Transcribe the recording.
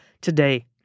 today